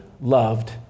loved